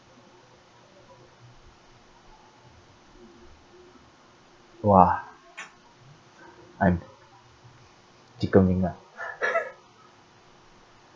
!wah! I'm chicken wing ah